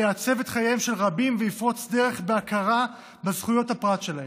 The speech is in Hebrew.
שיעצב את חייהם של רבים ויפרוץ דרך בהכרה בזכויות הפרט שלהם.